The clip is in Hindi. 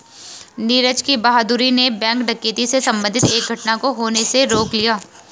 नीरज की बहादूरी ने बैंक डकैती से संबंधित एक घटना को होने से रोक लिया